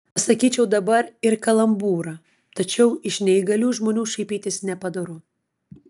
pasakyčiau dabar ir kalambūrą tačiau iš neįgalių žmonių šaipytis nepadoru